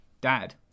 dad